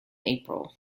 april